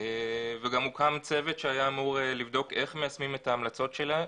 וגם הוקם צוות שהיה אמור לבדוק איך מיישמים את ההמלצות שלה.